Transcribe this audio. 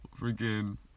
Freaking